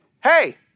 hey